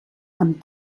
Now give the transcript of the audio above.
amb